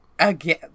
again